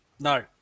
No